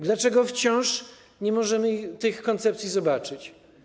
Dlaczego wciąż nie możemy tych koncepcji zobaczyć?